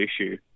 issue